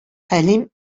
хәлим